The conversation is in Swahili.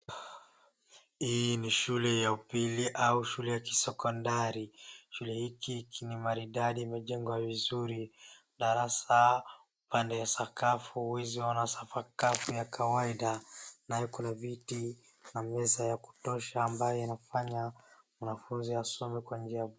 Hii ni shule ya upili au shule ya kisekondari. Shule hiki ni maridadi imejengwa vizuri. Darasa pande ya sakafu huwezi ona hapa sakafu ya kawaida nayo kuna viti na meza ya kutosha ambayo inafanya mwanafuzi asome kwa njia bora.